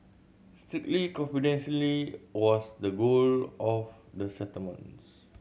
strictly confidentially was the goal of the settlements